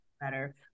better